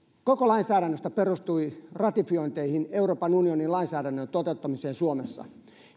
perustui ratifiointeihin euroopan unionin lainsäädännön toteuttamiseen suomessa